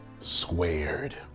squared